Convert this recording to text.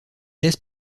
laisse